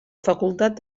facultat